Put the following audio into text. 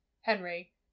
Henry